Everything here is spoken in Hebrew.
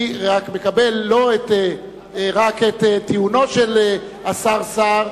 אני מקבל לא רק את טיעונו של השר סער,